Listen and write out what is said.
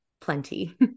plenty